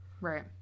Right